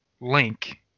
link